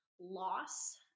loss